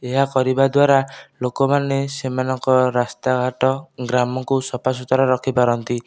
ଏହା କରିବା ଦ୍ଵାରା ଲୋକମାନେ ସେମାନଙ୍କ ରାସ୍ତାଘାଟ ଗ୍ରାମକୁ ସଫା ସୁତୁରା ରଖିପାରନ୍ତି